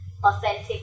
Authentic